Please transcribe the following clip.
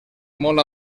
molt